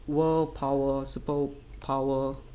world power super power